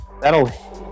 That'll